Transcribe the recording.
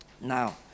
Now